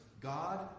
God